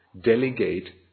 delegate